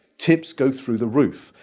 tips go through the roof.